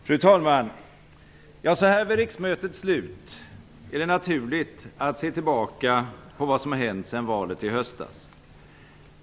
Fru talman! Så här vid riksmötets slut är det naturligt att se tillbaka på vad som hänt sedan valet i höstas.